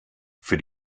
für